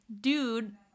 dude